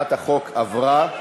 הצעת החוק עברה.